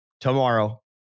tomorrow